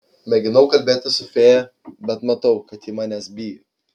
mėginau kalbėtis su fėja bet matau kad ji manęs bijo